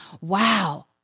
wow